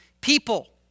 people